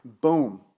Boom